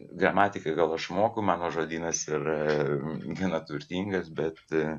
gramatiką gal išmokau mano žodynas yra gina turtingas bet